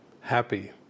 happy